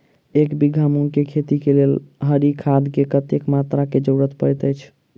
एक बीघा मूंग केँ खेती केँ लेल हरी खाद केँ कत्ते मात्रा केँ जरूरत पड़तै अछि?